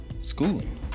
schooling